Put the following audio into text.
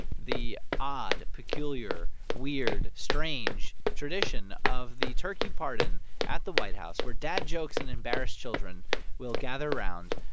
the odd, peculiar, weird, strange tradition of the turkey pardon at the white house, where dad jokes and embarrassed children will gather round